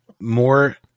more